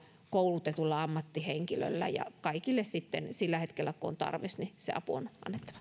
koulutetulla ammattihenkilöllä ja kaikille sitten sillä hetkellä kun on tarvis se apu on annettava